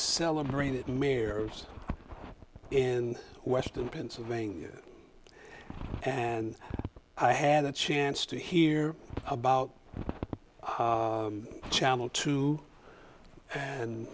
celebrated mayors in western pennsylvania and i had a chance to hear about channel two and